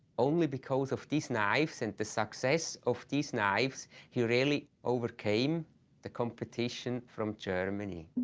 only because of these knives and the success of these knives he really overcame the competition from germany.